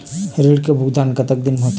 ऋण के भुगतान कतक दिन म होथे?